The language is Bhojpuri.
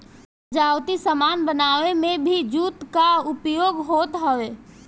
सजावटी सामान बनावे में भी जूट कअ उपयोग होत हवे